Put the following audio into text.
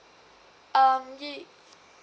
um y~